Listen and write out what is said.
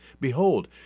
Behold